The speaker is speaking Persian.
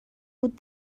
بود